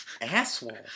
asshole